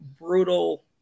brutal